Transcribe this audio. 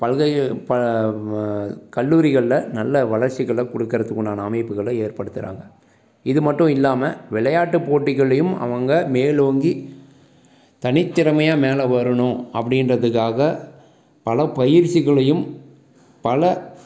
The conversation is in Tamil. பல்கலை கல்லூரிகளில் நல்ல வளர்ச்சிகளை கொடுக்குறதுக்குண்டான அமைப்புகளை ஏற்படுத்துகிறாங்க இது மட்டும் இல்லாமல் விளையாட்டு போட்டிகள்லேயும் அவங்க மேலோங்கி தனித்திறமையாக மேலே வரணும் அப்படின்றதுக்காக பல பயிற்சிகளையும் பல